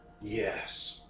Yes